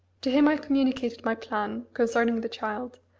to him i communicated my plan concerning the child,